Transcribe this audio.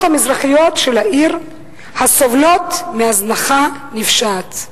המזרחיות של העיר הסובלות מהזנחה נפשעת.